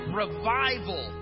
revival